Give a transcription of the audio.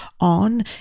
on